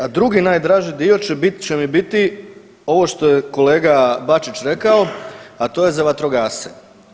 E, a drugi najdraži dio će mi biti ovo što je kolega Bačić rekao, a to je za vatrogasce.